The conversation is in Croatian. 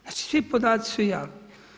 Znači svi podaci su javni.